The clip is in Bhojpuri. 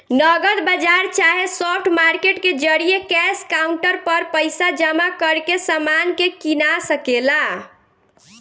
नगद बाजार चाहे स्पॉट मार्केट के जरिये कैश काउंटर पर पइसा जमा करके समान के कीना सके ला